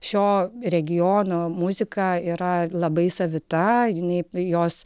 šio regiono muzika yra labai savita jinai jos